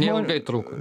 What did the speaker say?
neilgai truko